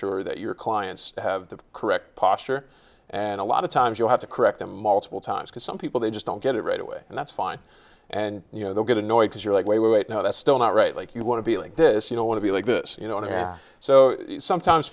sure that your clients have the correct posture and a lot of times you have to correct them multiple times because some people they just don't get it right away and that's fine and you know they'll get annoyed because you're like wait wait no that's still not right like you want to be like this you know want to be like this you know so sometimes